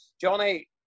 Johnny